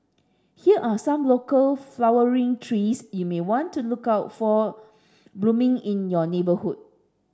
here are some local flowering trees you may want to look out for blooming in your neighbourhood